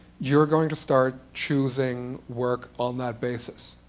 you're going to start choosing work on that basis.